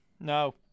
No